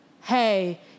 hey